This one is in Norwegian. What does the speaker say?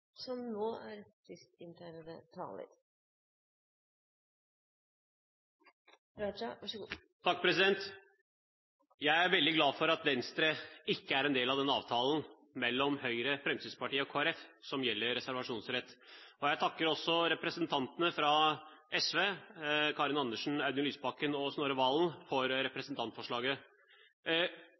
en del av den avtalen mellom Høyre, Fremskrittspartiet og Kristelig Folkeparti som gjelder reservasjonsrett. Og jeg takker også representantene fra SV, Karin Andersen, Audun Lysbakken og Snorre Serigstad Valen for representantforslaget.